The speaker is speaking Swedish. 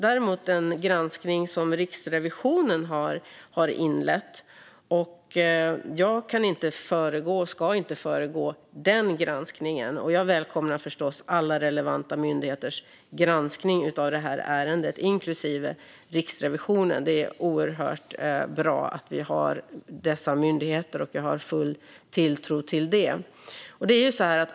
Däremot har Riksrevisionen inlett en granskning. Jag kan och ska inte föregå denna granskning. Jag välkomnar förstås alla relevanta myndigheters granskning av ärendet, inklusive Riksrevisionens. Det är oerhört bra att vi har dessa myndigheter, och jag har full tilltro till dem.